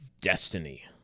destiny